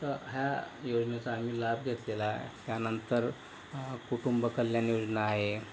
तर ह्या योजनेचा आम्ही लाभ घेतलेला आहे या नंतर कुटुंबकल्याण योजना आहे